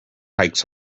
hikes